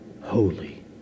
holy